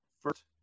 first